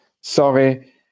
Sorry